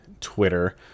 Twitter